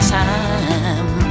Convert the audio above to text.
time